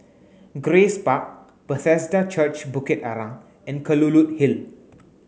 Grace Park Bethesda Church Bukit Arang and Kelulut Hill